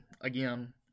again